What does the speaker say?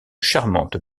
charmante